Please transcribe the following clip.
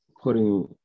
putting